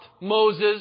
Moses